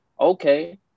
okay